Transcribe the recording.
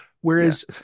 Whereas